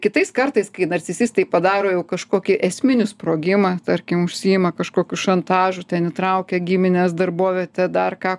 kitais kartais kai narcisistai padaro jau kažkokį esminį sprogimą tarkim užsiima kažkokiu šantažu ten įtraukia gimines darbovietę dar ką